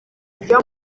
uriya